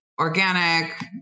organic